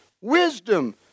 wisdom